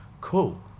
cool